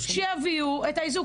שיביאו את האיזוק.